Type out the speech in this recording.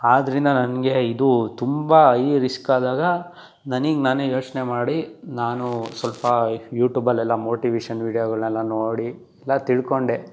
ಆದ್ದರಿಂದ ನನಗೆ ಇದು ತುಂಬ ಐ ರಿಸ್ಕ್ ಆದಾಗ ನನಗೆ ನಾನೇ ಯೋಚನೆ ಮಾಡಿ ನಾನು ಸ್ವಲ್ಪ ಯೂಟ್ಯೂಬಲ್ಲೆಲ್ಲ ಮೋಟಿವೇಶನ್ ವೀಡಿಯೋಗಳನ್ನೆಲ್ಲ ನೋಡಿ ಎಲ್ಲ ತಿಳ್ಕೊಂಡೆ